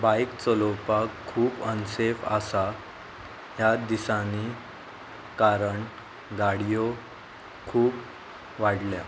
बायक चलोवपाक खूब अनसेफ आसा ह्या दिसांनी कारण गाडयो खूब वाडल्या